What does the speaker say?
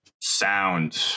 sound